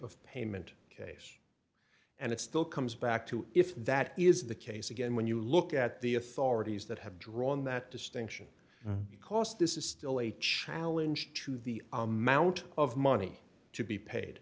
of payment case and it still comes back to if that is the case again when you look at the authorities that have drawn that distinction because this is still a challenge to the amount of money to be paid